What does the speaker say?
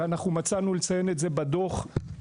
ואנחנו מצאנו לציין את זה בדוח,